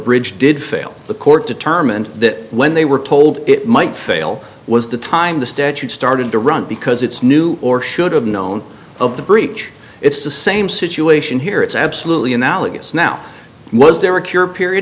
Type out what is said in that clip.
bridge did fail the court determined that when they were told it might fail was the time the statute started to run because it's new or should have known of the breach it's the same situation here it's absolutely analogous now was there a cure period